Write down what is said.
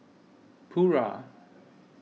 Pura